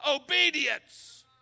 obedience